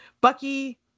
Bucky